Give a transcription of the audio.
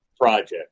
project